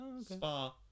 Spa